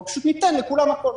פשוט ניתן לכולם הכול.